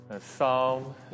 Psalm